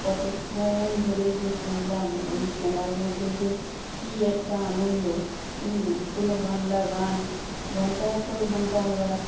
কতক্ষণ ধরে যে শুনলাম ওই শোনার মধ্যে যে কী একটা আনন্দ কোনও বাংলা গান ঘণ্টার পর ঘণ্টা আমরা